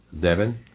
Devin